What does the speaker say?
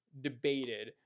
debated